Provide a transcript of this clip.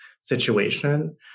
situation